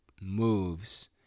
moves